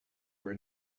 were